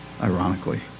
ironically